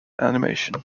animation